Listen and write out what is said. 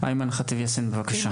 אֵימָאן ח'טיב יאסין, בבקשה.